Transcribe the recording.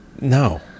No